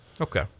Okay